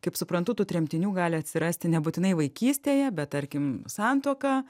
kaip suprantu tų tremtinių gali atsirasti nebūtinai vaikystėje bet tarkim santuoka